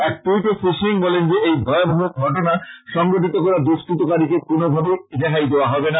এক টুইটে শ্রী সিং বলেন যে এই ভয়াবহ ঘটনা সংগঠিত করা দুষ্কৃতকারীকে কোনভাবেই রেহাই দেওয়া হবে না